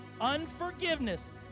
unforgiveness